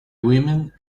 women